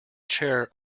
chair